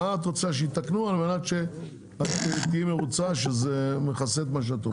מה את רוצה שיתקנו על מנת שאת תהיי מרוצה שזה מכסה את מה שאת אומרת?